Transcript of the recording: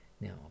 now